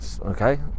okay